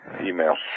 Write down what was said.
email